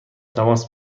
تماس